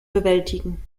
bewältigen